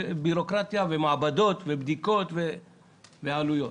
בירוקרטיה ומעבדות ובדיקות ועלויות.